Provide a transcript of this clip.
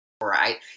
right